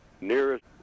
nearest